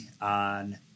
on